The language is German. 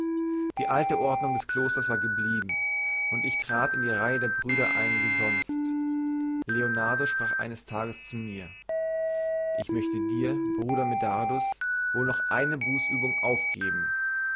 die alte ordnung des klosters war geblieben und ich trat in die reihe der brüder ein wie sonst leonardus sprach eines tages zu mir ich möchte dir bruder medardus wohl noch eine bußübung aufgeben